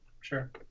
sure